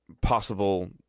possible